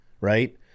right